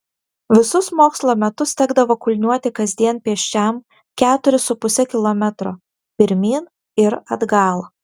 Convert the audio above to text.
visus mokslo metus tekdavo kulniuoti kasdien pėsčiam keturis su puse kilometro pirmyn ir atgal